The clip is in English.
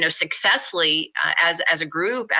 you know successfully as as a group,